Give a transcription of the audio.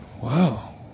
Wow